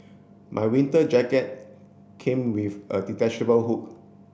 my winter jacket came with a detachable hood